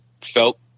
felt